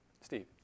Steve